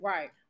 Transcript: Right